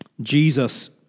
Jesus